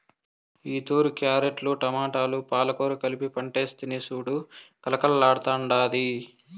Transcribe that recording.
ఈతూరి క్యారెట్లు, టమోటాలు, పాలకూర కలిపి పంటేస్తిని సూడు కలకల్లాడ్తాండాది